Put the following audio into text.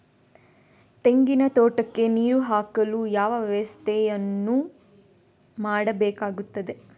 ತೆಂಗಿನ ತೋಟಕ್ಕೆ ನೀರು ಹಾಕಲು ಯಾವ ವ್ಯವಸ್ಥೆಯನ್ನು ಮಾಡಬೇಕಾಗ್ತದೆ?